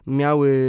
miały